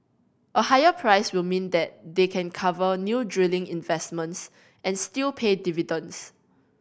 a higher price will mean that they can cover new drilling investments and still pay dividends